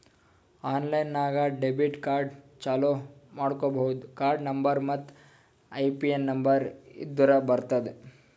online ನಾಗ್ debit card ಚಾಲೂ ಮಾಡ್ಕೋಬೋದು ಕಾರ್ಡ ನಂಬರ್ ಮತ್ತ್ ಐಪಿನ್ ನಂಬರ್ ಇದ್ದುರ್ ಬರ್ತುದ್